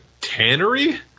tannery